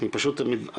אני פשוט באמת,